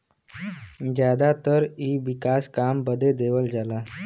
जादातर इ विकास काम बदे देवल जाला